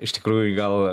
iš tikrųjų gal